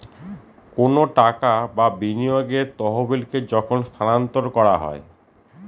কোনো টাকা বা বিনিয়োগের তহবিলকে যখন স্থানান্তর করা হয়